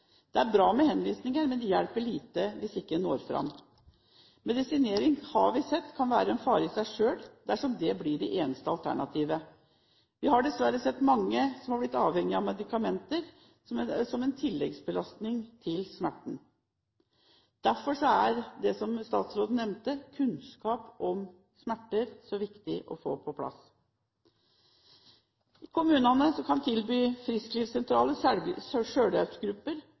Det er bra med henvisninger, men det hjelper lite hvis en ikke når fram. Medisinering har vi sett kan være en fare i seg selv dersom det blir det eneste alternativet. Vi har dessverre sett at mange har blitt avhengig av medikamenter, som er en tilleggsbelastning til smerten. Derfor er, som statsråden nevnte, kunnskap om smerter så viktig å få på plass. Frisklivssentraler og selvhjelpsgrupper, som kommunene kan tilby,